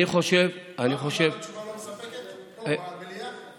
פעם קיבלת תשובה לא מספקת פה, במליאה?